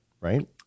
Right